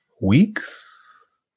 weeks